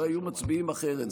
אולי היו מצביעים אחרת?